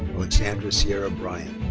alexandra ciera bryan.